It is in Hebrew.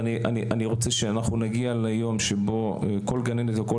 אני רוצה שנגיע ליום בו כל גננת וכל